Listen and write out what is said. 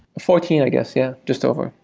fourteen, i guess. yeah, just over.